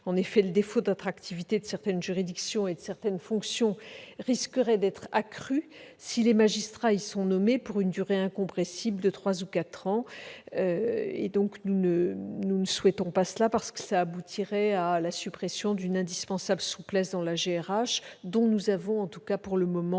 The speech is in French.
En effet, le défaut d'attractivité de certaines juridictions et de certaines fonctions risquerait d'être accru si les magistrats y sont nommés pour une durée incompressible de trois ou quatre ans. Nous ne le souhaitons pas, parce que cela aboutirait à la suppression d'une indispensable souplesse dans la gestion des ressources humaines,